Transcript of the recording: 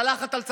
צלחת על צלחת,